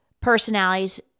personalities